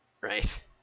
right